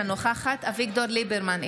אינה נוכחת אביגדור ליברמן,